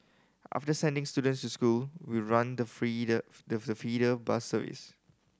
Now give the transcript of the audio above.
after sending students to school we run the feeder bus service